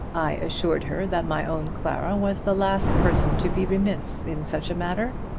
i assured her that my own clara was the last person to be remiss in such a matter,